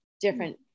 different